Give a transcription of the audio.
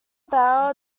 bayou